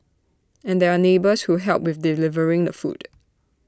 and there are neighbours who help with delivering the food